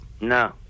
No